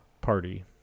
party